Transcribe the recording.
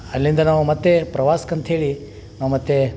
ಅಲ್ಲಿಂದ ನಾವು ಮತ್ತೆ ಪ್ರವಾಸ್ಕೆ ಅಂತೇಳಿ ನಾವು ಮತ್ತೆ